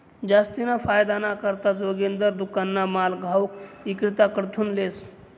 जास्तीना फायदाना करता जोगिंदर दुकानना माल घाऊक इक्रेताकडथून लेस